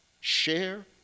share